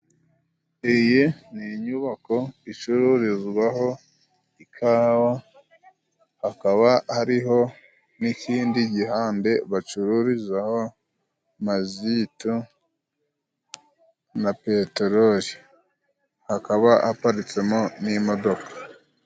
Iyi ni inyubako icurizwaho ikawa, hakaba hariho n'ikindi gihande bacururizaho mazitu na peterorii, Hakaba haparitswemo n'imodoka.